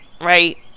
right